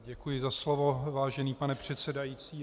Děkuji za slovo, vážený pane předsedající.